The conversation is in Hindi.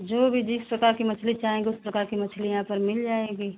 जो भी जिस प्रकार की मछली चाहेंगे उस प्रकार की मछली यहाँ पर मिल जाएगी